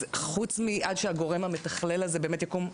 אז עד שהגורם המתכלל הזה באמת יקום,